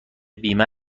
بیمه